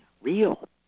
real